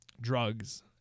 Drugs